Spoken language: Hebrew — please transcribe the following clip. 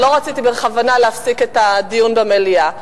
לא רציתי בכוונה להפסיק את הדיון במליאה,